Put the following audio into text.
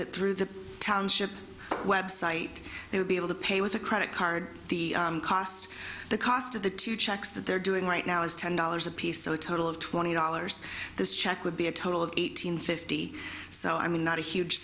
it through the township website they will be able to pay with a credit card the cost the cost of the two checks that they're doing right now is ten dollars apiece so a total of twenty dollars this check would be a total of eight hundred fifty so i mean not a huge